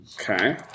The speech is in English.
Okay